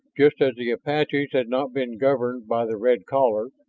just as the apaches had not been governed by the red caller,